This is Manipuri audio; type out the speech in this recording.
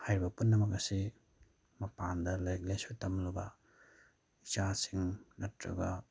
ꯍꯥꯏꯔꯤꯕ ꯄꯨꯝꯅꯃꯛ ꯑꯁꯤ ꯃꯄꯥꯟꯗ ꯂꯥꯏꯔꯤꯛ ꯂꯥꯏꯁꯨ ꯇꯝꯂꯨꯕ ꯏꯆꯥꯁꯤꯡ ꯅꯠꯇ꯭ꯔꯒ